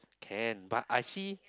can but I see